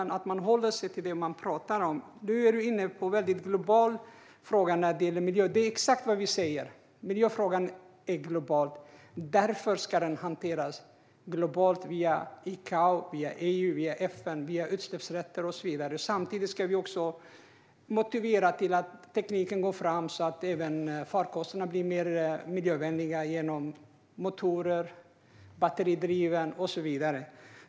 Nu är Lorentz Tovatt inne på globala frågor när det gäller miljön, och det är exakt vad vi säger: Miljöfrågan är global. Därför ska den hanteras globalt via ICAO, EU och FN, via utsläppsrätter och så vidare. Samtidigt ska vi också motivera till att tekniken går fram så att även farkosterna blir mer miljövänliga genom motorer, batteridrift och så vidare.